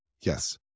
Yes